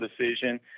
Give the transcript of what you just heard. decision